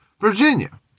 Virginia